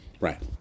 Right